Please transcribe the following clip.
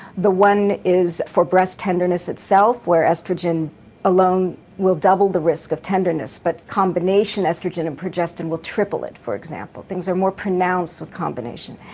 the one is for breast tenderness itself, where oestrogen alone will double the risk of tenderness but combination oestrogen and progestin will triple it for example. things are more pronounced with combination.